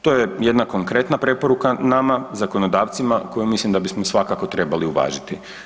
To je jedna konkretna preporuka nama zakonodavcima, koju mislim da bismo svakako trebali uvažiti.